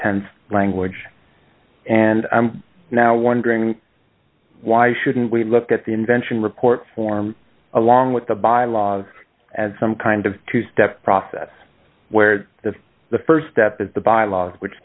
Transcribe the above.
tense language and i'm now wondering why shouldn't we look at the invention report form along with the by laws and some kind of two step process where the st step is the bylaws which